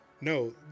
no